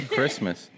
Christmas